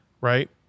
right